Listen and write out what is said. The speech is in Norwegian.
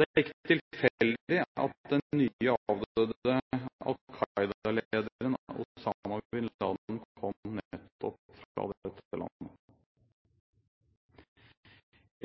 Det er ikke tilfeldig at den nylig avdøde Al Qaida-lederen, Osama bin Laden, kom nettopp fra dette landet.